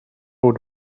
would